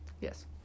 yes